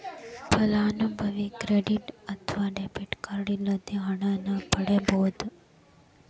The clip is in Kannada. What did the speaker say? ಫಲಾನುಭವಿ ಕ್ರೆಡಿಟ್ ಅತ್ವ ಡೆಬಿಟ್ ಕಾರ್ಡ್ ಇಲ್ಲದ ಹಣನ ಪಡಿಬೋದ್